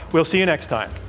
we'll see you next time.